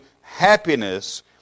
happiness